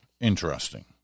interesting